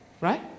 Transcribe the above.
Right